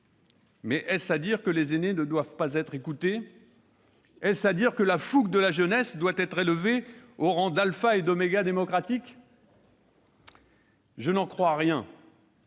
Mais est-ce à dire que les aînés ne doivent pas être écoutés ? Est-ce à dire que la fougue de la jeunesse doit être élevée au rang d'alpha et d'oméga démocratique ? Je n'en crois rien